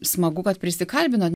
smagu kad prisikalbinot